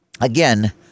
again